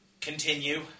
Continue